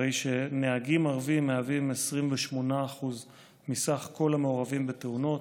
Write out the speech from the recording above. הרי שנהגים ערבים מהווים 28% מסך כל המעורבים בתאונות,